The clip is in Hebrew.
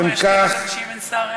שאם אין שר,